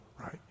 right